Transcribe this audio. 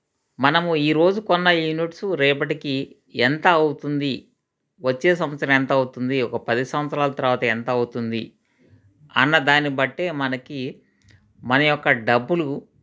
మనము ఈరోజు కొన్న యూనిట్సు రేపటికి ఎంత అవుతుంది వచ్చే సంవత్సరం ఎంత అవుతుంది ఒక పది సంవత్సరాల తర్వాత ఎంత అవుతుంది అన్న దాన్ని బట్టే మనకి మన యొక్క డబ్బులు